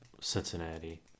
Cincinnati